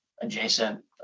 adjacent